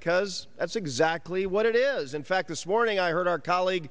because that's exactly what it is in fact this morning i heard our colleague